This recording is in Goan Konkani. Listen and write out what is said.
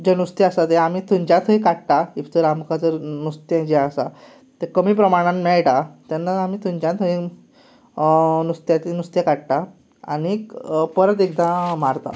जे नुस्तें आसा तें आमीं थंयच्या थंयच काडटात इफ जर आमकां जर नुस्तें जें आसा तें कमी प्रमाणांत मेळटा तेन्ना आमी थंयच्या थंय तें नुस्तें काडटात आनी परत एकदां मारता